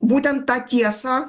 būtent tą tiesą